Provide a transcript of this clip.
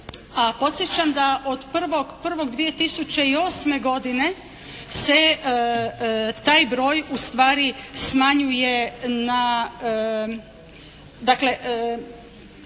podsjećam da od 1.1.2008. godine se taj broj u stvari smanjuje na,